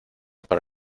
para